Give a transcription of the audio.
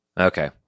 Okay